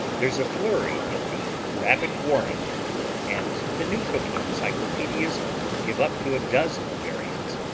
there's a flurry in the rabbit warren and the new cooking encyclopedias give up to a dozen variants.